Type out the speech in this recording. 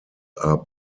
are